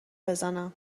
بزنم